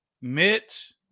Mitch